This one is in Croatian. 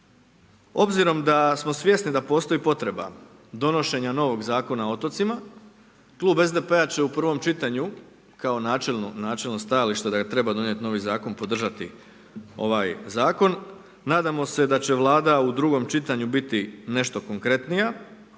Obzirom da smo svjesni da postoji potreba donošenja novog Zakona o otocima, klub SDP-a će u prvom čitanju, kao načelno stajalište da treba donijeti novi zakon, podržati ovaj zakon. Nadamo se da će Vlada u drugom čitanju biti nešto konkretnija,